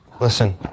Listen